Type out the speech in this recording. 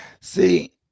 See